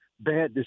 bad